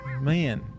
Man